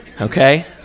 okay